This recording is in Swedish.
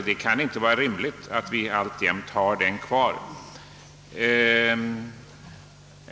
Det kan inte vara rimligt att alltjämt ha den kvar.